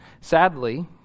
Sadly